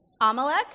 Amalek